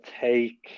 take